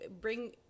bring